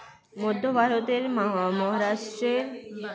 মধ্যে ভারতের মহারাষ্ট্রে বাঁশের ভালো চাষ হয়